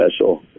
special